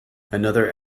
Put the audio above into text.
another